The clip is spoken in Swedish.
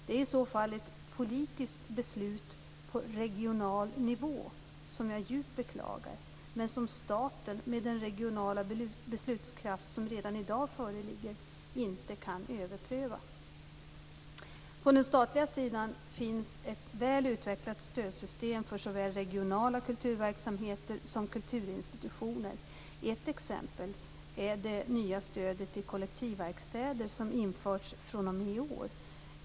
Det är i så fall ett politiskt beslut på regional nivå som jag djupt beklagar, men som staten - med den regionala beslutskraft som redan i dag föreligger - inte kan överpröva. På den statliga sidan finns ett väl utvecklat stödsystem för såväl regionala kulturverksamheter som kulturinstitutioner. Ett exempel är det nya stödet till kollektivverkstäder som införts fr.o.m. i år.